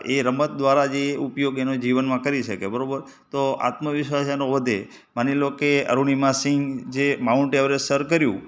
એ રમત દ્વારા જે ઉપયોગ એનાં જીવનમાં કરી શકે બરાબર તો આત્મવિશ્વાસ એનો વધે માની લો કે અરુણિમા સિંઘ જે માઉન્ટ ઍવરેસ્ટ સર કર્યું